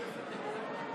ושאלתי את עצמי: